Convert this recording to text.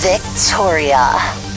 Victoria